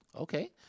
Okay